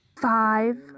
five